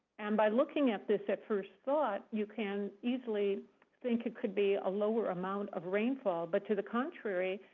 and by looking at this, at first thought you can easily think it could be a lower amount of rainfall. but to the contrary,